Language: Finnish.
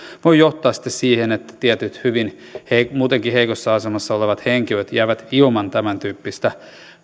voi johtaa sitten siihen että tietyt muutenkin hyvin heikossa asemassa olevat henkilöt jäävät ilman tämäntyyppistä